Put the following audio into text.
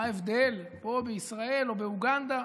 מה ההבדל, פה בישראל או באוגנדה?